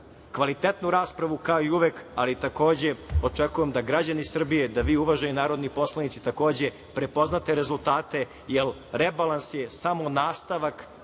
kvalitetnu raspravu, kao i uvek, ali očekujem i da građani Srbije, kao i vi, uvaženi narodni poslanici, prepoznate rezultate, jer rebalans je samo nastavak